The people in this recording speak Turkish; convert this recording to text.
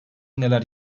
neler